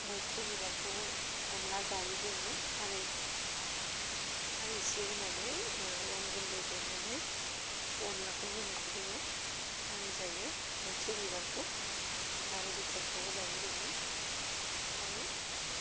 मैत्रु बिबारखौबो अनला जायो जोङो खारै खारै एसे होनानै ओह अन गुन्दै देनानै बेखौ अनलाखौ होनानै जोङो खारै जायो मैत्रु बिबारखौ आरो बिथाइखौबो जायो बिनि खारै